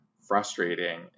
frustrating